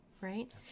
right